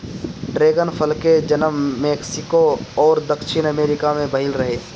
dragon फल के जनम मेक्सिको अउरी दक्षिणी अमेरिका में भईल रहे